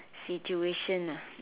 situation ah